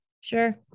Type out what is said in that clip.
Sure